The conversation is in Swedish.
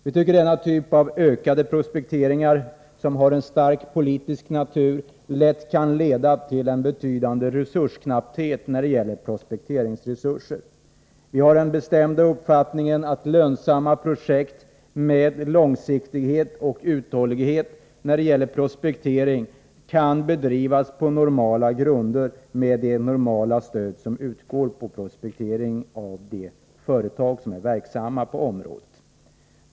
Vi tycker att denna typ av ökade prospekteringar, som har en starkt politisk karaktär, lätt kan leda till en betydande resursknapphet när det gäller prospekteringsresurser. Vi har den bestämda uppfattningen att lönsamma projekt med långsiktighet och uthållighet beträffande prospektering kan bedrivas på normala grunder med det normala prospekteringsstöd som utgår till de företag som är verksamma på området.